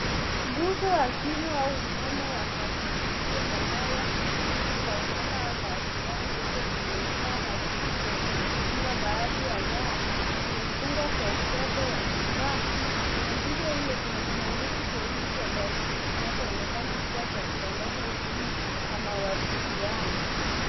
Nguzo ya simu au umeme ya saruji iliyo na nyaya nyingi za umeme au mawasiliano zilizoning'inia na zilizojifunga. Baadhi ya nyaya imefungwa kwa utepe wa manjano. Kwenye nguzo hiyo kuna kisanduku cheusi cha plastiki kinachoonekana kuwa cha kusambaza umeme na mawasiliano.